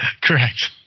correct